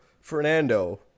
Fernando